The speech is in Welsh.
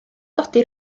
godi